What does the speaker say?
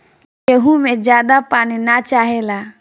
गेंहू में ज्यादा पानी ना चाहेला